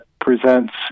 presents